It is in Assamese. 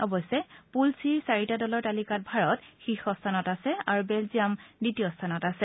অৰশ্যে পুল চিৰ চাৰিটা দলৰ তালিকাত ভাৰত শীৰ্ষ স্থানত আছে আৰু বেলজিয়াম দ্বিতীয় স্থানত আছে